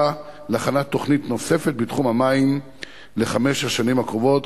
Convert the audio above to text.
להכנת תוכנית נוספת בתחום המים לחמש השנים הקרובות,